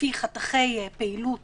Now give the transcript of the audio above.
לפי חתכי פעילות